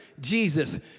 Jesus